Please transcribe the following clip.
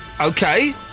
Okay